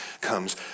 comes